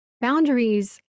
boundaries